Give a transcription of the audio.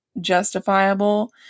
justifiable